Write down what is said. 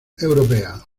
europea